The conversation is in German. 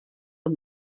und